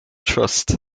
trust